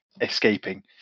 escaping